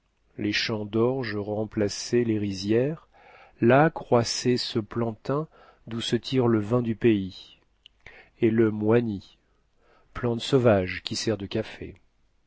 les champs d'orge remplaçaient les rizières là croissaient ce plantain d'où se lire le vin du pays et le mwani plante sauvage qui sert de café